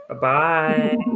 bye